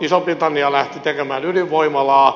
iso britannia lähti tekemään ydinvoimalaa